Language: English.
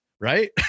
Right